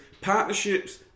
partnerships